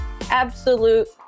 absolute